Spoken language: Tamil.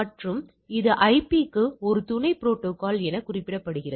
மற்றும் இது ஐபிக்கு ஒரு துணை புரோட்டோகால் என குறிப்பிடப்படுகிறது